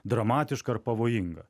dramatiška ar pavojinga